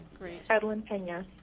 ed lin pina.